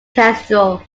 cathedral